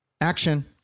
action